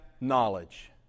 knowledge